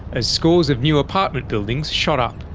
as scores of new apartment buildings shot up.